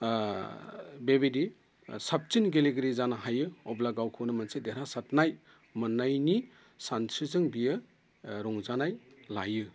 बेबायदि साबसिन गेलेगिरि जानो हायो अब्ला गावखौनो मोनसे देरहासारनाय मोननायनि सानस्रिजों बियो रंजानाय लायो